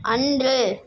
அன்று